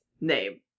name